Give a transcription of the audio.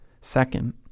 Second